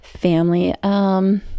Family